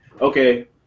okay